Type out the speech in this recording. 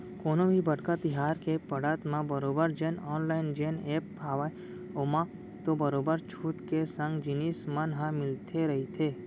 कोनो भी बड़का तिहार के पड़त म बरोबर जेन ऑनलाइन जेन ऐप हावय ओमा तो बरोबर छूट के संग जिनिस मन ह मिलते रहिथे